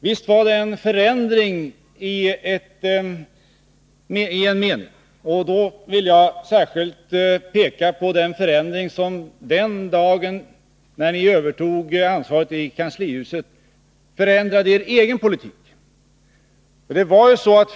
Visst var det en förändring i en mening, och då vill jag särskilt peka på den förändring som ni den dag ni övertog ansvaret i kanslihuset gjorde av er egen politik.